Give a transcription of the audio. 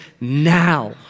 now